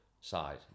side